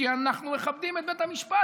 כי אנחנו מכבדים את בית המשפט.